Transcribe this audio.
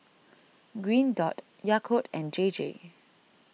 Green Dot Yakult and J J